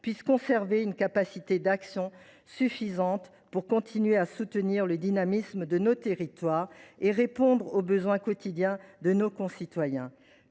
puissent conserver une capacité d’action suffisante pour continuer à conforter le dynamisme de nos territoires et à répondre aux besoins quotidiens de nos concitoyens.